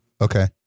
Okay